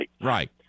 right